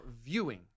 viewing